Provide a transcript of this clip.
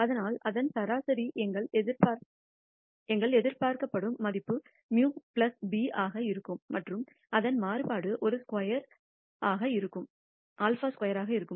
ஆனால் அதன் சராசரி எங்கள் எதிர்பார்க்கப்படும் மதிப்பு μ b ஆக இருக்கும் மற்றும் அதன் மாறுபாடு ஒரு ஸ்கொயர் σ ஸ்கொயர் ஆக இருக்கும்